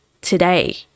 today